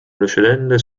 precedente